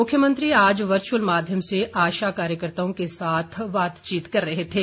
मुख्यमंत्री आज वर्चअल माध्यम से आशा कार्यकर्ताओं के साथ बातचीत कर रहे थे